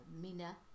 Mina